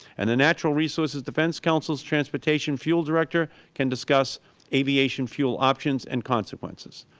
and the natural resources defense counsel's transportation fuel director can discuss aviation fuel options and consequences.